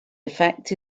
effect